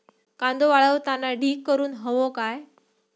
कांदो वाळवताना ढीग करून हवो काय?